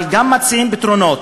אבל גם מציעים פתרונות.